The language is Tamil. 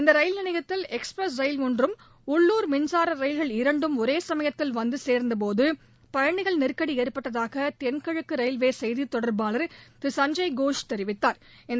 இந்த ரயில் நிலையத்தில் எக்ஸ்பிரஸ் ரயில் ஒன்றும் உள்ளுர் மின்சார ரயில்கள் இரண்டும் ஒரே சமயத்தில் வந்து சேர்ந்தபோது பயணிகள் நெருக்கடி ஏற்பட்டதாக தென்கிழக்கு ரயில்வே சுய்தி தொடர்பாளர் திரு சஞ்சய் கோஷ் தெரிவித்தாா்